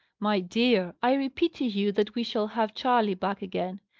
my dear, i repeat to you that we shall have charley back again.